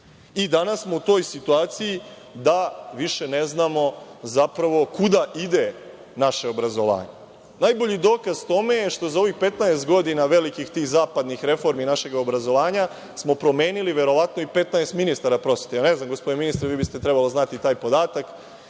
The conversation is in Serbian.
i danas smo u toj situaciji da više ne znamo zapravo kuda ide naše obrazovanje. Najbolji dokaz tome je što smo za ovih 15 godina velikih zapadnih reformi našeg obrazovanja promenili verovatno i 15 ministara prosvete. Ja ne znam, gospodine ministre, vi biste trebali znati taj podatak,